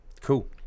cool